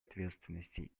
ответственности